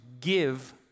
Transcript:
give